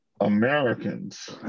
Americans